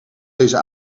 deze